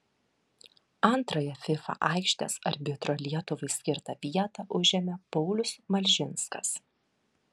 antrąją fifa aikštės arbitro lietuvai skirtą vietą užėmė paulius malžinskas